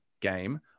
game